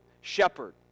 shepherd